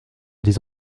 des